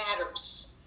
matters